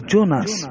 Jonas